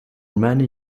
many